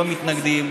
לא מתנגדים,